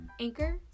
Anchor